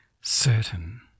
certain